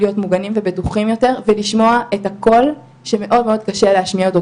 להיות מוגנים ובטוחים יותר ולשמוע את הקול שמאוד מאוד קשה להשמיע אותו,